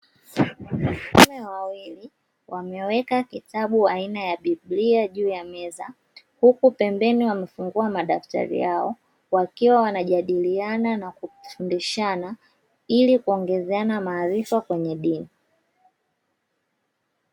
Wanaume wawili wamekweka kitabu aina ya biblia juu ya meza, huku pembeni wamefungua madaftari yao. Wakiwa wanajadiliana na kufundishana ili kuongezeana maarifa kwenye dini.